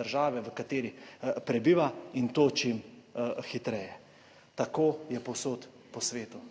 države v kateri prebiva in to čim hitreje. Tako je povsod po svetu.